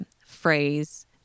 phrase